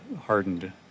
hardened